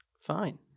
fine